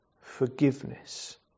forgiveness